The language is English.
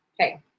Okay